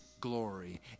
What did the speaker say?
glory